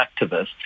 activists